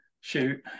Shoot